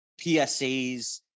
PSAs